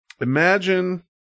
imagine